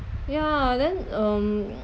ya then um